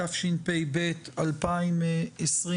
התשפ"ב-2021.